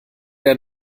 der